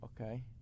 okay